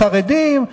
חרדים,